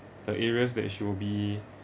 the areas that she will be